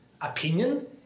opinion